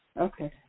Okay